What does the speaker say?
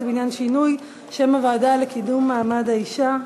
בעניין שינוי שם הוועדה לקידום מעמד האישה,